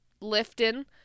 lifting